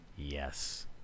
Yes